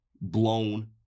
blown